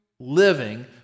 living